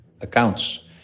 accounts